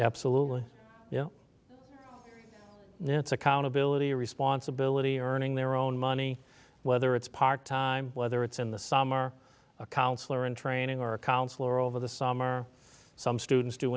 absolutely you know it's accountability responsibility earning their own money whether it's part time whether it's in the summer a counselor in training or a counselor over the summer some students do